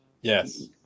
Yes